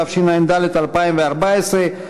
התשע"ד 2014,